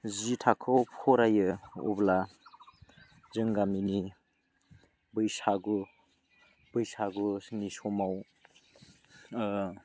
जि थाखोआव फरायो अब्ला जों गामिनि बैसागु बैसागुनि समाव